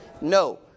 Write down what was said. No